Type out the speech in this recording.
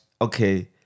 okay